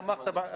תמכת,